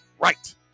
right